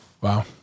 Wow